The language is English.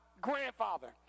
grandfather